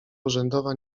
urzędowa